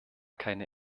keine